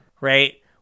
Right